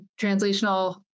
translational